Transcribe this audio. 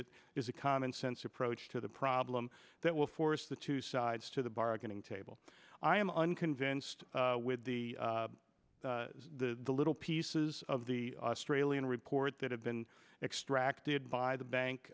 it is a commonsense approach to the problem that will force the two sides to the bargaining table i am unconvinced with the little pieces of the australian report that have been extracted by the bank